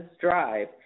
drive